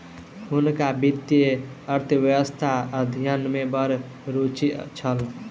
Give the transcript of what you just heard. हुनका वित्तीय अर्थशास्त्रक अध्ययन में बड़ रूचि छल